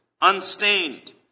unstained